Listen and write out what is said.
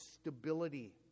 stability